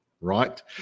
right